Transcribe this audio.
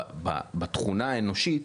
בתכונה האנושית